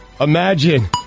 Imagine